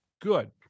good—